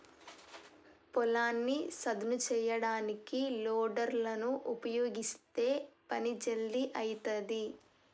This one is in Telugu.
పొలాన్ని సదును చేయడానికి లోడర్ లను ఉపయీగిస్తే పని జల్దీ అయితది